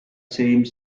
same